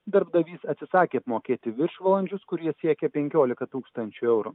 darbdavys atsisakė apmokėti viršvalandžius kurie siekė penkiolika tūkstančių eurų